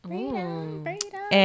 Freedom